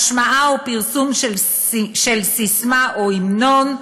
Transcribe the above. השמעה או פרסום של ססמה או המנון,